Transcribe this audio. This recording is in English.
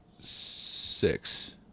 six